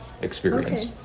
experience